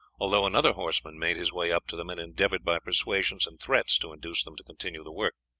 although another horseman made his way up to them and endeavoured by persuasions and threats to induce them to continue the work.